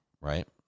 right